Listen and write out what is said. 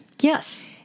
Yes